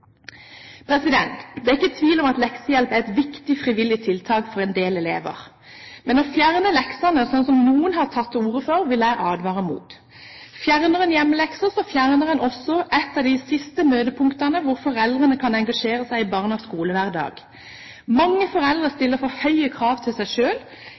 Det er ikke tvil om at leksehjelp er et viktig frivillig tiltak for en del elever. Men å fjerne leksene, som noen har tatt til ordet for, vil jeg advare mot. Fjerner en hjemmelekser, fjerner en også et av de siste møtepunktene hvor foreldrene kan engasjere seg i barnas skolehverdag. Mange foreldre stiller for høye krav til seg